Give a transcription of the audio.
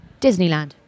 Disneyland